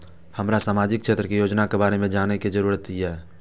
हमरा सामाजिक क्षेत्र के योजना के बारे में जानय के जरुरत ये?